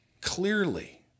clearly